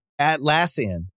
Atlassian